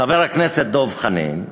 חבר הכנסת דב חנין,